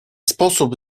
sposób